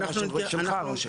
כן.